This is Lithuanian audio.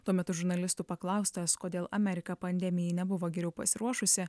tuo metu žurnalistų paklaustas kodėl amerika pandemijai nebuvo geriau pasiruošusi